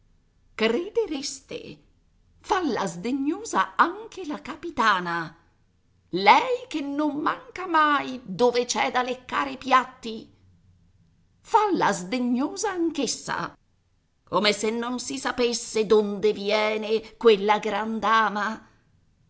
credereste fa la sdegnosa anche la capitana lei che non manca mai dove c'è da leccare piatti fa la sdegnosa anch'essa come se non si sapesse donde viene quella gran dama